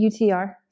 UTR